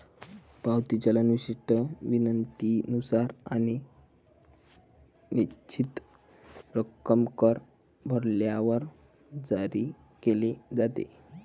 पावती चलन विशिष्ट विनंतीनुसार आणि निश्चित रक्कम कर भरल्यावर जारी केले जाते